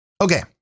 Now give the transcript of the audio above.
Okay